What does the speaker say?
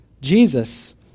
Jesus